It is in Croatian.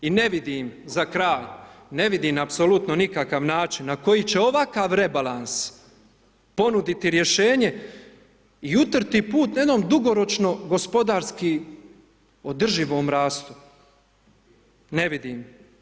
I ne vidim, za kraj, ne vidim apsolutno nikakav način na koji će ovakav rebalans ponuditi rješenje i utrti put na jedno dugoročno gospodarski održivom rastu, ne vidim.